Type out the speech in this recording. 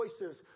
choices